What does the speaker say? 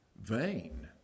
Vain